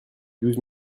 douze